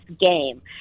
game